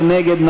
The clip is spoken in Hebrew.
מי נגד?